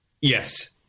yes